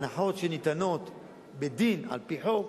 ההנחות שניתנות בדין, על-פי חוק,